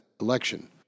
election